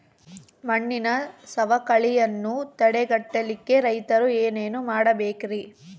ಮಣ್ಣಿನ ಸವಕಳಿಯನ್ನ ತಡೆಗಟ್ಟಲಿಕ್ಕೆ ರೈತರು ಏನೇನು ಮಾಡಬೇಕರಿ?